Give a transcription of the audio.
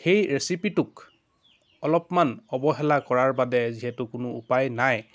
সেই ৰেচিপিটোক অলপমান অৱহেলা কৰাৰ বাদে যিহেতু কোনো উপায় নাই